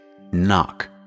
Knock